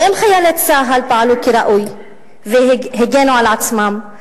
ואם חיילי צה"ל פעלו כראוי והגנו על עצמם,